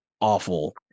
awful